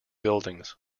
buildings